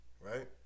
right